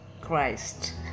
Christ